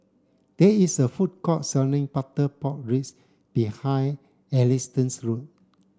there is a food court selling butter pork ribs behind Ernestine's house